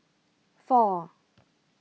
four